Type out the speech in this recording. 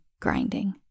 grinding